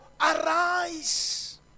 arise